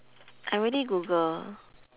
I already google